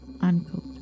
Unquote